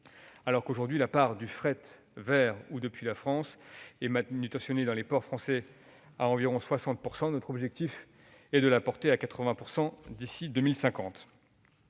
alors que, aujourd'hui, la part du fret vers ou depuis la France qui est manutentionnée dans les ports français est d'environ 60 %. Notre objectif est de la porter à 80 % d'ici à 2050.